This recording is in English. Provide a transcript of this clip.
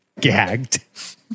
gagged